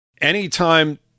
anytime